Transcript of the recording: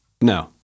No